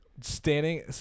Standing